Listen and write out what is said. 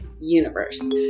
universe